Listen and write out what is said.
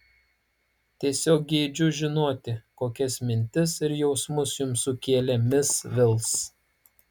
tiesiog geidžiu žinoti kokias mintis ir jausmus jums sukėlė mis vils